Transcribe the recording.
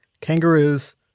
Kangaroos